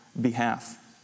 behalf